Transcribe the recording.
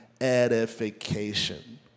edification